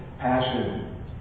Passion